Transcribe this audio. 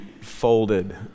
folded